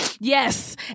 Yes